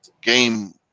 game